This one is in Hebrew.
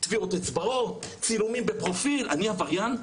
תביעות אצבעות, צילומים בפרופיל, אני עבריין?